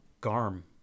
Garm